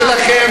סליחה,